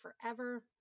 forever